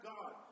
God